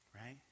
right